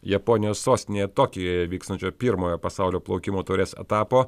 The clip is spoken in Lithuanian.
japonijos sostinėje tokijuje vykstančio pirmojo pasaulio plaukimo taurės etapo